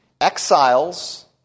Exiles